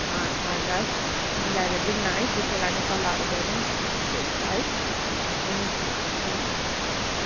अँ हजुर मिलाएर जाउँ न है के के लाने सल्लाहहरू गरौँ के के हुन्छ है हुन्छ हुन्छ हुन्छ